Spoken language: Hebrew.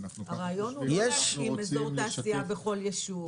הרעיון הוא לא להקים אזור תעשייה בכל יישוב.